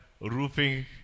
roofing